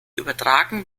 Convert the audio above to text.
übertragen